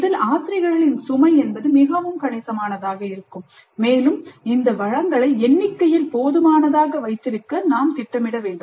இதில் ஆசிரியர்களின் சுமை மிகவும் கணிசமானதாக இருக்கும் மேலும் இந்த வளங்களை எண்ணிக்கையில் போதுமானதாக வைத்திருக்க நாம் திட்டமிட வேண்டும்